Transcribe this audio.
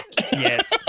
yes